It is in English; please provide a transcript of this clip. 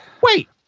wait